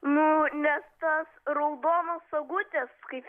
nu ne tas raudonas sagutes kaip